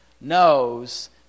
knows